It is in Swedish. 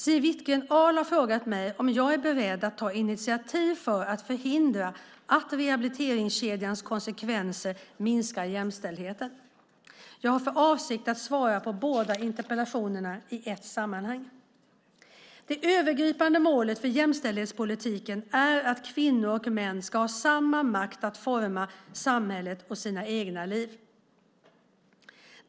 Siw Wittgren-Ahl har frågat mig om jag är beredd att ta några initiativ för att förhindra att rehabiliteringskedjans konsekvenser minskar jämställdheten. Jag har för avsikt att svara på båda interpellationerna i ett sammanhang. Det övergripande målet för jämställdhetspolitiken är att kvinnor och män ska ha samma makt att forma samhället och sina egna liv.